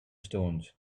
stones